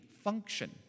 function